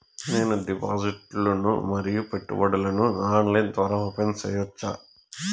నేను డిపాజిట్లు ను మరియు పెట్టుబడులను ఆన్లైన్ ద్వారా ఓపెన్ సేసుకోవచ్చా?